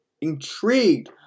intrigued